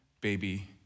baby